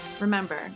Remember